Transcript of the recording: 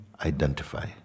identify